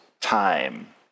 time